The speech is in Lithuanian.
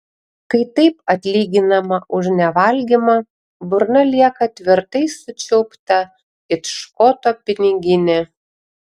kai taip atlyginama už nevalgymą burna lieka tvirtai sučiaupta it škoto piniginė